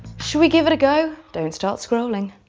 should we give it a go? don't start scrolling.